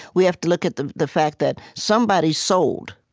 we have to look at the the fact that somebody sold,